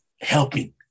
helping